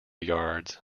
yards